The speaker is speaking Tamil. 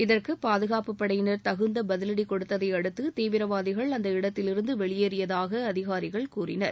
இதற்கு பாதுகாப்பு படையினர் தகுந்த பதிவடி கொடுத்ததை அடுத்து தீவிரவாதிகள் அந்த இடத்திலிருந்து வெளியேறியதாக அதிகாரிகள் கூறினர்